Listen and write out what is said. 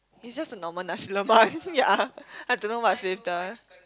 it's just a normal nasi-lemak ya I don't know what's with the